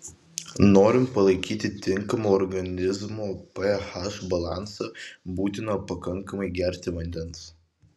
norint palaikyti tinkamą organizmo ph balansą būtina pakankamai gerti vandens